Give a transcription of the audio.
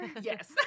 Yes